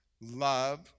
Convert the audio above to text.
love